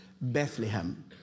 Bethlehem